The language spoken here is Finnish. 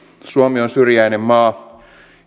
suomi on syrjäinen maa